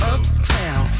Uptown